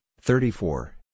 thirty-four